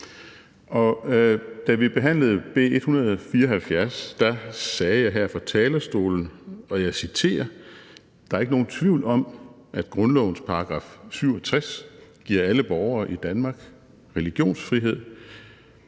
Da vi behandlede B 174, sagde jeg her fra talerstolen, og jeg citerer: Der er ikke nogen tvivl om, at grundlovens § 67 giver alle borgere i Danmark religionsfrihed,